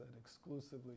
exclusively